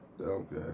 Okay